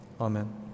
Amen